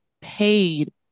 paid